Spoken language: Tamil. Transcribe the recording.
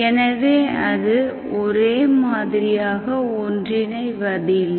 எனவே அது ஒரே மாதிரியாக ஒன்றிணைவதில்லை